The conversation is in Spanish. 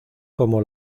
como